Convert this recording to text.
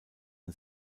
ein